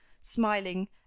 smiling